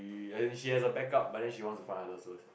she has a backup but then she wants to find others first